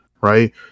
right